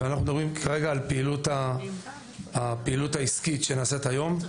ואנחנו מדברים כרגע על הפעילות העסקית שנעשית היום.